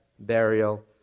burial